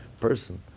person